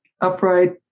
upright